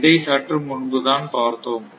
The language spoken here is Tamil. இதை சற்று முன்புதான் பார்த்தோம்